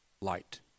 light